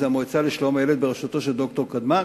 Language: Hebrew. אדוני,